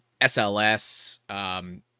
SLS